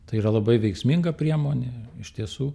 tai yra labai veiksminga priemonė iš tiesų